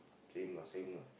same lah same lah